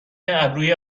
ابروی